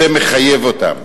זה מחייב אותם,